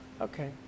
Okay